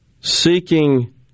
seeking